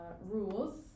rules